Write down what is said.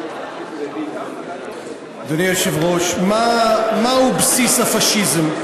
אדוני היושב-ראש, מהו בסיס הפאשיזם?